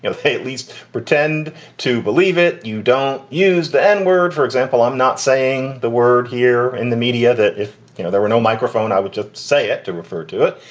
know, hey, at least pretend to believe it. you don't use the n-word, for example. i'm not saying the word here in the media that if you know there were no microphone, i would just say it to refer to it.